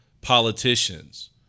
politicians